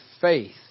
faith